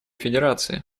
федерации